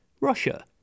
Russia